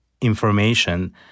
information